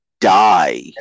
die